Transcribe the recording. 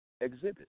exhibit